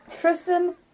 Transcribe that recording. Tristan